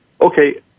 Okay